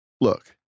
Look